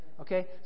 Okay